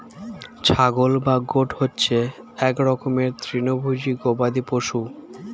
ছাগল বা গোট হচ্ছে এক রকমের তৃণভোজী গবাদি পশু